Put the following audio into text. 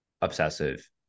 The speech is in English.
obsessive